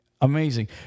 Amazing